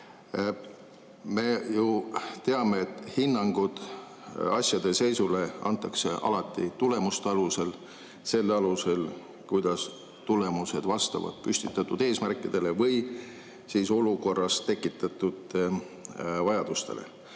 ju teame, et hinnangud asjade seisule antakse alati tulemuste alusel, selle alusel, kuidas tulemused vastavad püstitatud eesmärkidele või siis olukorra tekitatud vajadustele.